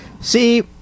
See